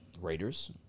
Raiders